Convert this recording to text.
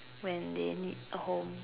when they need a home